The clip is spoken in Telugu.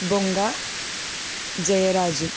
బొంగ జయరాజు